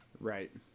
Right